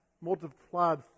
multiplied